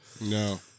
No